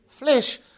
Flesh